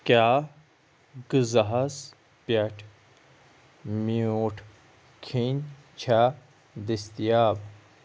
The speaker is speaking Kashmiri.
کیٛاہ غٕزہَس پیٚٹھ مِیوٗٹھ کھیٚنۍ چھا دٔستیاب